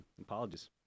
Apologies